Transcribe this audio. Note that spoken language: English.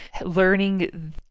learning